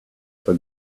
for